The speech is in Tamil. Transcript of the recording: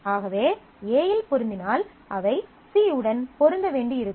ஆகவே A இல் பொருந்தினால் அவை C உடன் பொருந்த வேண்டியிருக்கும்